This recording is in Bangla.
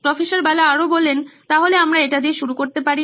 প্রফ্ বালা সুতরাং আমরা এটা দিয়ে শুরু করতে পারি